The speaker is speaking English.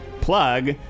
plug